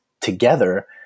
together